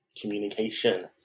Communication